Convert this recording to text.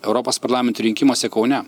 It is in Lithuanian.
europos parlamento rinkimuose kaune